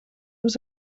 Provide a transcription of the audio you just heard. was